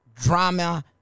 drama